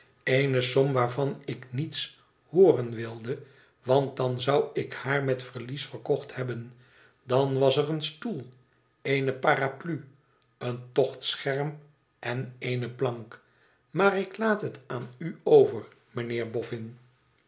eene som waarvan ik niets hooren wilde want dan zou ik haar met verlies verkocht hebben dan was er een stoel eene paraplu een tochtscherm en eene plank maar ik laat het aan u over